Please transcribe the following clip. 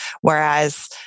whereas